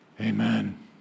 Amen